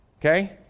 Okay